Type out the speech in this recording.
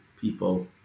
people